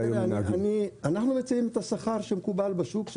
אנחנו מציעים את השכר שמקובל בשוק,